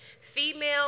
female